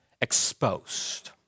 exposed